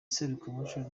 serukiramuco